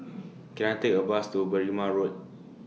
Can I Take A Bus to Berrima Road